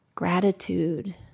Gratitude